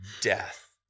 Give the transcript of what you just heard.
death